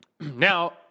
Now